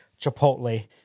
Chipotle